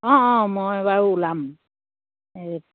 অঁ অঁ মই বাৰু ওলাম এই